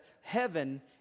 heaven